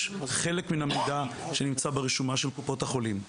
יש חלק מן המידע שנמצא ברשומה של קופות החולים.